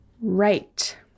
Right